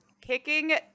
Kicking